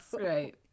Right